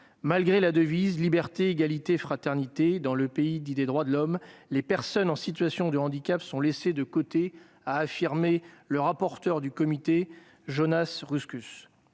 Malgré la devise « Liberté, Égalité, Fraternité » du pays dit des droits de l'homme, les personnes en situation de handicap sont laissées de côté, a affirmé Jonas Ruskus,